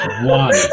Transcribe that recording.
One